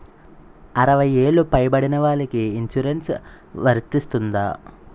అరవై ఏళ్లు పై పడిన వారికి ఇన్సురెన్స్ వర్తిస్తుందా?